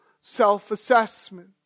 self-assessment